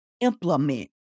implement